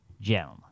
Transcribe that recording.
gentlemen